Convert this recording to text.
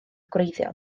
gwreiddiol